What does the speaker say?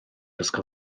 ysgol